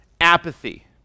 apathy